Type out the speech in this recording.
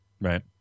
right